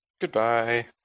Goodbye